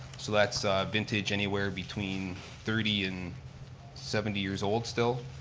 so that's vintage anywhere between thirty and seventy years old still.